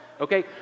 okay